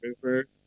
River